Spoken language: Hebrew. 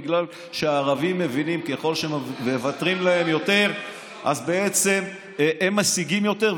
בגלל שהערבים מבינים שככל שמוותרים להם יותר אז בעצם הם משיגים יותר,